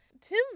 Tim